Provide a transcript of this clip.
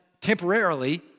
temporarily